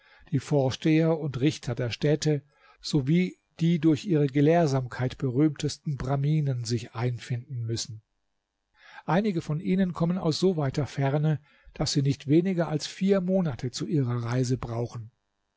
die vorsteher und richter der städte sowie die durch ihre gelehrsamkeit berühmtesten braminen sich einfinden müssen einige von ihnen kommen aus so weiter ferne daß sie nicht weniger als vier monate zu ihrer reise brauchen